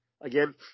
again